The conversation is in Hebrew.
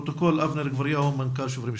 אבנר גבריהו, מנכ"ל "שוברים שתיקה".